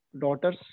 daughters